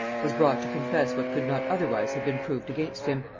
was brought to confess what could not otherwise have been proved against him,